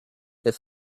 that